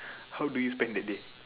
how do you spend the day